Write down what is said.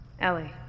Ellie